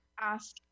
ask